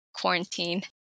quarantine